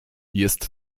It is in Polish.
jest